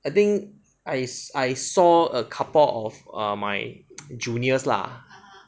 I think I saw I saw a couple of my juniors lah